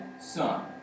son